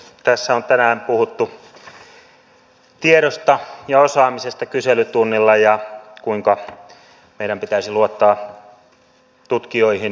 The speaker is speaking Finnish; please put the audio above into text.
tässä on tänään puhuttu kyselytunnilla tiedosta ja osaamisesta ja siitä kuinka meidän pitäisi luottaa tutkijoihin yliopistoihin